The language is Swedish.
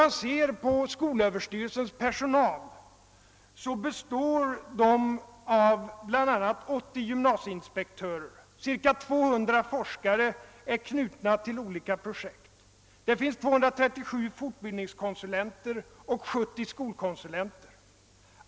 I skolöverstyrelsens personal ingår bl.a. 80 gymnasieinspektörer, ca 200 forskare är knutna till olika projekt, det finns 237 fortbildningskonsulenter och 70 skolkonsulenter.